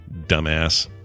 Dumbass